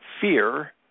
Fear